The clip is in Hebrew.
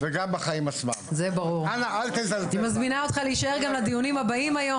אני מזמינה אותך להישאר פה גם לדיונים הבאים היום